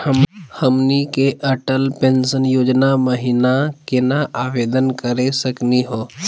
हमनी के अटल पेंसन योजना महिना केना आवेदन करे सकनी हो?